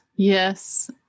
Yes